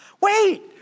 Wait